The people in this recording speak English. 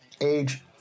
age